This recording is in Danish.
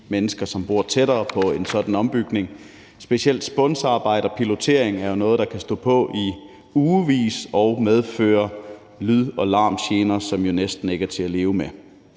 mennesker, som boede tættere på en sådan en ombygning. Specielt spunsarbejde og pilotering er jo noget, der kan stå på i ugevis og medføre larm og lydgener, som næsten ikke er til at leve med.